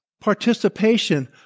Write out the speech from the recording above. participation